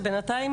ובינתיים,